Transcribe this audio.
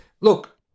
Look